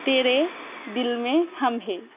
তেরে দিল মে হাম হে